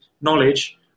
knowledge